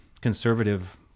conservative